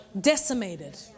decimated